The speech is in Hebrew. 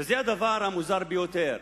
וזה הדבר המוזר ביותר.